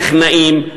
טכנאים,